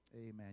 Amen